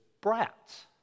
brats